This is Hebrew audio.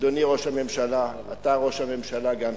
אדוני ראש הממשלה, אתה ראש הממשלה גם שלי.